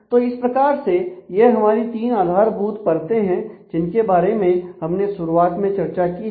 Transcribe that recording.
तो इस प्रकार से यह हमारी तीन आधारभूत परते हैं जिनके बारे में हमने शुरुआत में चर्चा की थी